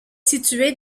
située